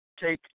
take